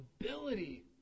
ability